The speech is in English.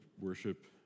worship